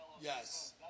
Yes